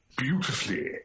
beautifully